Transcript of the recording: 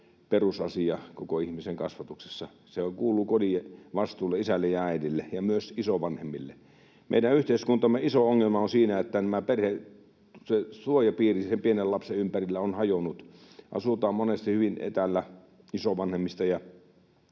perusasia koko ihmisen kasvatuksessa. Se kuuluu kodin vastuulle, isälle ja äidille ja myös isovanhemmille. Meidän yhteiskuntamme iso ongelma on siinä, että perhe, se suojapiiri sen pienen lapsen ympärillä, on hajonnut, asutaan monesti hyvin etäällä isovanhemmista —